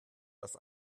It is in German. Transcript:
das